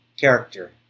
character